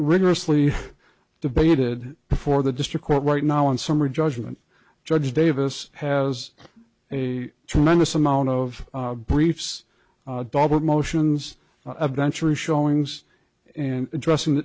rigorously debated before the district court right now in summary judgment judge davis has a tremendous amount of briefs dobber motions adventurous showings and addressing